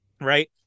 right